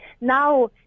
Now